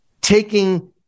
taking